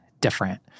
different